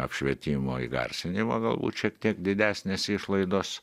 apšvietimo įgarsinimo galbūt šiek tiek didesnės išlaidos